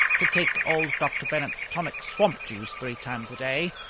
to take old dr. bennett's tonic swamp-juice three times a day,